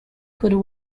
could